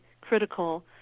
critical